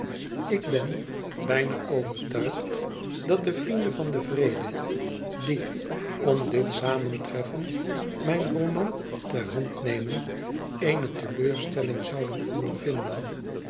ik ben bijna overtuigd dat de vrienden van den vrede die m dit samentreffen mijn roman ter hand nemen eene teleurstelling zouden ondervinden